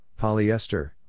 polyester